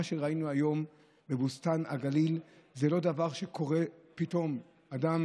מה שראינו היום בבוסתן הגליל זה לא דבר שקורה פתאום: אדם